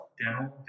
dental